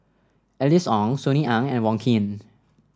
Alice Ong Sunny Ang and Wong Keen